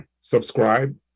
subscribe